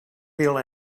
feel